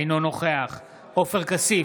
אינו נוכח עופר כסיף,